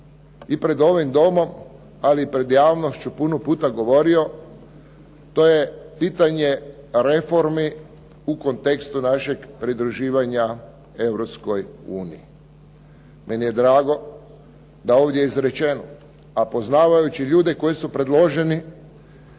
i pred ovim Domom, ali i pred javnošću puno puta govorio to je pitanje reformi u kontekstu našeg pridruživanja Europskoj uniji. Meni je drago da ovdje izrečeno, a poznavajući ljude koji su predloženi